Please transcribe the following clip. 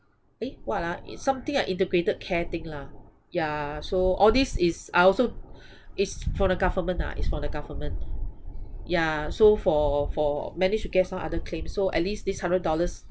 eh what ah it's something like integrated care thing lah yeah so all these is I also it's from the government lah it's from the government yeah so for for managed to get some other claim so at least this hundred dollars